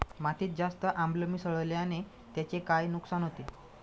मातीत जास्त आम्ल मिसळण्याने त्याचे काय नुकसान होते?